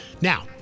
Now